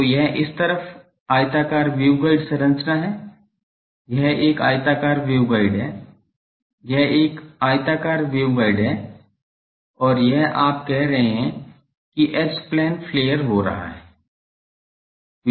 तो यह इस तरफ आयताकार वेवगाइड संरचना है यह एक आयताकार वेवगाइड है यह एक आयताकार वेवगाइड है और यह आप कह रहे हैं कि एच प्लेन फ्लेयर हो रहा है